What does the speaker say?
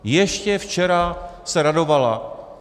Ještě včera se radovala.